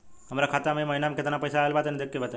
हमरा खाता मे इ महीना मे केतना पईसा आइल ब तनि देखऽ क बताईं?